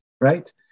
right